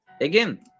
again